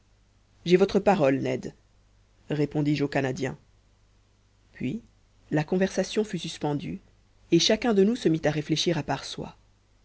j'ai votre parole ned répondis-je au canadien puis la conversation fut suspendue et chacun de nous se mit à réfléchir à part soi